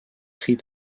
cris